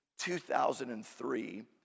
2003